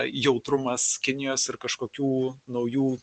jautrumas kinijos ir kažkokių naujų